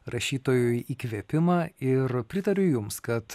rašytojui įkvėpimą ir pritariu jums kad